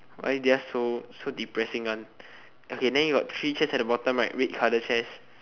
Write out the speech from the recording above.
why their so so depressing one okay then you got three chairs at the bottom right red colour chair